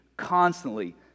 constantly